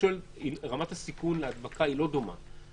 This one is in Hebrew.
רמת הסיכון להדבקה היא לא דומה,